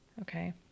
okay